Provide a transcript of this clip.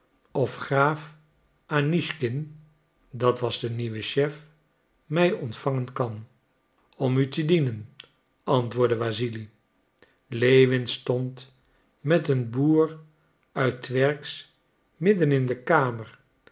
of graaf anischkin dat was de nieuwe chef mij ontvangen kan om u te dienen antwoordde wassili lewin stond met een boer uit twersk midden in de kamer